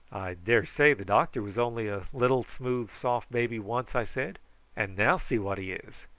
daresay the doctor was only a little smooth soft baby once, i said and now see what he is.